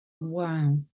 Wow